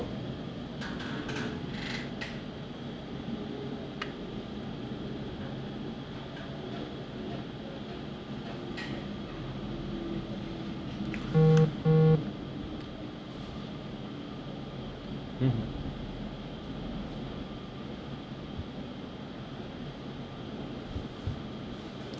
mmhmm